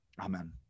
Amen